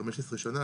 15 שנה,